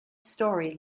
story